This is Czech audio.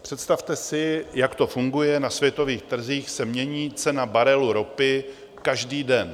Představte si, jak to funguje, na světových trzích se mění cena barelu ropy každý den.